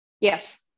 Yes